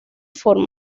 forma